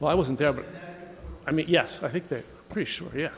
well i wasn't there but i mean yes i think they're pretty sure here